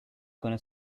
gonna